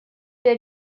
der